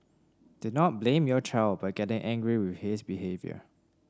did not blame your child by getting angry with his behaviour